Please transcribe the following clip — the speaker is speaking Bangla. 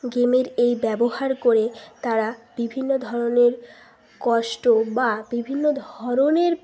গেমের এই ব্যবহার করে তারা বিভিন্ন ধরনের কষ্ট বা বিভিন্ন ধরনের